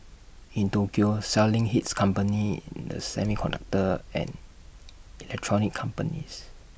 in Tokyo selling hit companies in the semiconductor and electronics companies